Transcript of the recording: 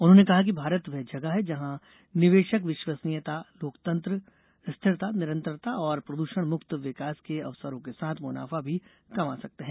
उन्होंने कहा कि भारत वह जगह है जहां निवेशक विश्वसनीयता लोकतंत्र स्थिरता निरंतरता और प्रदृषण मुक्त विकास के अवसरो के साथ मुनाफा भी कमा सकते हैं